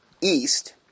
east